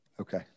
Okay